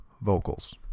vocals